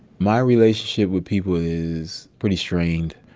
my relationship with people is pretty strained.